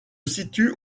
situe